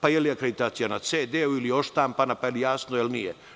Pa, je li akreditacija na CD-u ili odštampana, pa je li jasno, ili nije.